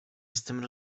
jestem